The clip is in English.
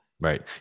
Right